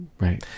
right